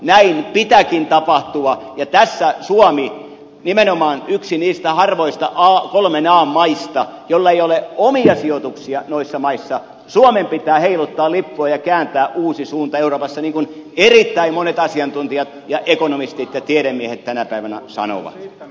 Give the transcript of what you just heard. näin pitääkin tapahtua ja tässä suomen nimenomaan yksi niistä harvoista kolmen an maista joilla ei ole omia sijoituksia noissa maissa pitää heiluttaa lippua ja kääntää uusi suunta euroopassa niin kuin erittäin monet asiantuntijat ja ekonomistit ja tiedemiehet tänä päivänä sanovat